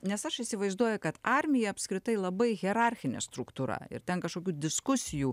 nes aš įsivaizduoju kad armija apskritai labai hierarchinė struktūra ir ten kažkokių diskusijų